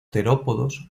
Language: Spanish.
terópodos